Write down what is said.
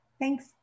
Thanks